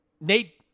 Nate